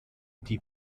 die